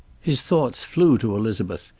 his thoughts flew to elizabeth.